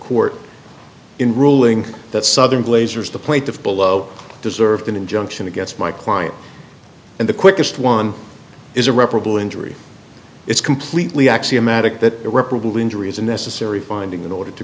court in ruling that southern glazers the plaintiff below deserved an injunction against my client and the quickest one is a reparable injury it's completely axiomatic that irreparable injury is a necessary finding in order to